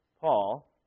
Paul